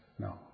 no